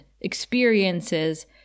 experiences